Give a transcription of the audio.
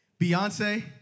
Beyonce